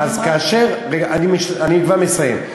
אני כבר מסיים.